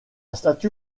statue